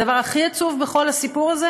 הדבר הכי עצוב בכל הסיפור הזה